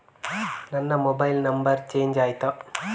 ನನ್ನ mobile number change ಆಯ್ತಾ?